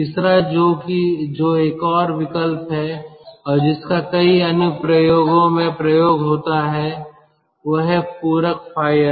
तीसरा जो एक और विकल्प है और जिसका कई अनुप्रयोगों में उपयोग होता है वह है पूरक फायर